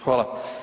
Hvala.